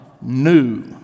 new